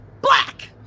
black